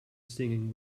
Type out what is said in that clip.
singing